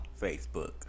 Facebook